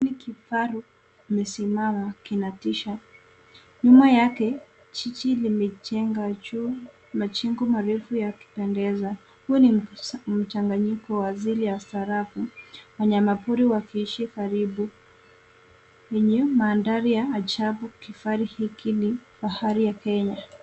Hiki ni kifaru amesimama, kinatisha. Nyuma yake jiji limejengwa juu majengo marefu yakipendeza. Huu ni mchanganyiko wa jiji la kistaarabu, wanyama pori wakiishi yenye mandhari ya ajabu. Kifaru hiki ni fahari ya Kenya.